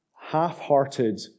half-hearted